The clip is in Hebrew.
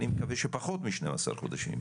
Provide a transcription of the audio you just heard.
אני מקווה שפחות מ-12 חודשים,